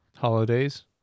Holidays